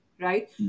Right